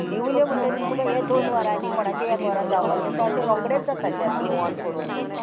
लिवले म्हणटगीर तुका हे दोन वरांनी कोणाचे एक वरांन जावपाचे आसा ते अशे रोकडेच जाता शेत लिवोन करून बीन